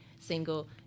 single